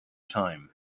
time